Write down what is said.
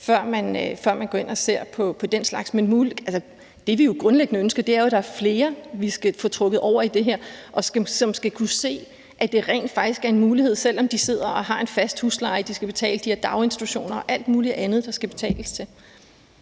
før man går ind og ser på den slags. Men det, vi jo grundlæggende ønsker, er, at der er flere, vi skal få trukket over i det her, og som skal kunne se, at det rent faktisk er en mulighed, selv om de sidder og har en fast husleje, daginstitution og alt muligt andet, der skal betales til.